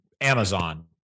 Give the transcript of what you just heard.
Amazon